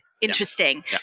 interesting